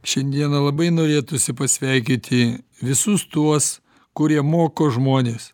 šiandieną labai norėtųsi pasveikinti visus tuos kurie moko žmones